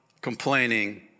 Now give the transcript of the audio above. complaining